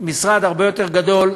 משרד הרבה יותר גדול,